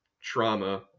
trauma